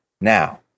Now